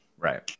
Right